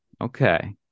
okay